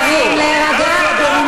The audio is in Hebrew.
ינון, ינון, משרתים את המדינה?